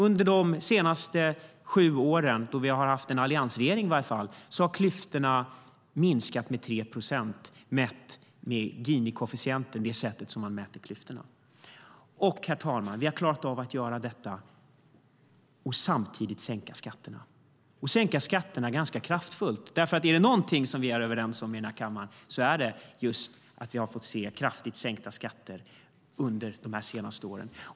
Under de senaste sju åren då vi har haft en alliansregering har klyftorna minskat med 3 procent mätt med Gini-koefficienten, alltså det sätt på vilket man mäter klyftorna. Och vi har klarat av att göra detta och samtidigt sänka skatterna ganska kraftfullt. Om det är någonting som vi är överens om i denna kammare är det att vi har fått se kraftigt sänkta skatter under de senaste åren.